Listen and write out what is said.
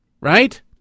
Right